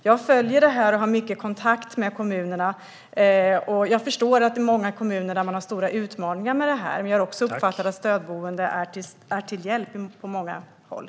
Jag följer detta och har mycket kontakt med kommunerna. Jag förstår att man i många kommuner har stora utmaningar med detta, men jag har också uppfattat att stödboende är till hjälp på många håll.